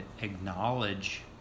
acknowledge